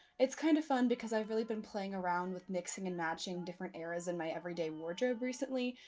it's kind of fun because i've really been playing around with mixing and matching different eras in my everyday wardrobe recently,